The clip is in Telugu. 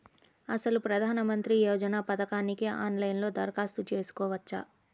అసలు ప్రధాన మంత్రి యోజన పథకానికి ఆన్లైన్లో దరఖాస్తు చేసుకోవచ్చా?